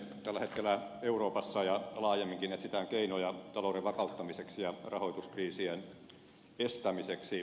tällä hetkellä euroopassa ja laajemminkin etsitään keinoja talouden vakauttamiseksi ja rahoituskriisien estämiseksi